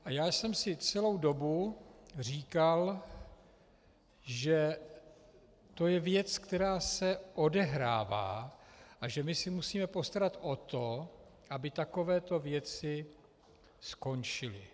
A já jsem si celou dobu říkal, že to je věc, která se odehrává, a že my se musíme postarat o to, aby takovéto věci skončily.